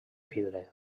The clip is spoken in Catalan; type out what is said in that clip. vidre